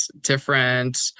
different